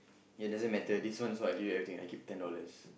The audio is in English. ya it doesn't matter this one also I give everything I keep ten dollars